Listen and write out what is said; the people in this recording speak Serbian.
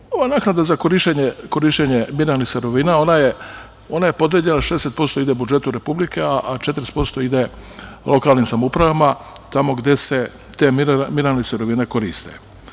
Dalje, ova naknada za korišćenje binarnih sirovina, ona je podeljena, 60% ide budžetu Republike, a 40% ide lokalnim samoupravama tamo gde se te mineralne sirovine koriste.